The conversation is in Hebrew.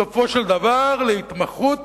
בסופו של דבר, להתמחות